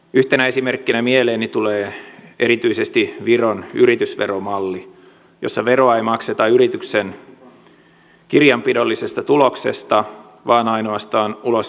yhtenä esimerkkinä mieleeni tulee erityisesti viron yritysveromalli jossa veroa ei makseta yrityksen kirjanpidollisesta tuloksesta vaan ainoastaan ulos jaettavasta voitosta